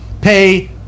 pay